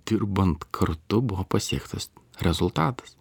dirbant kartu buvo pasiektas rezultatas